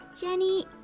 Jenny